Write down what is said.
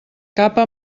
capa